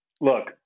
Look